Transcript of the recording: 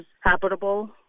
habitable